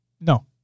no